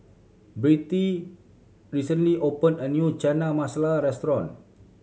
Birtie recently opened a new Chana Masala Restaurant